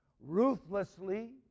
ruthlessly